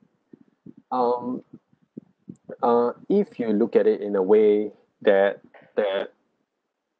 um uh if you look at it in a way that that